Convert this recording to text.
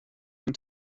den